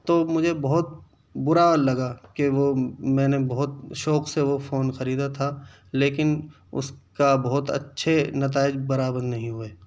تو مجھے بہت برا لگا کہ وہ میں نے بہت شوق سے وہ فون خریدا تھا لیکن اس کا بہت اچھے نتائج برآمد نہیں ہوئے